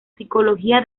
psicología